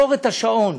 אצלנו.